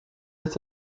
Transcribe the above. its